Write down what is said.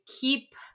keep